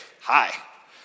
hi